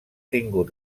tingut